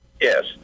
yes